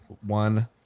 one